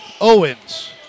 Owens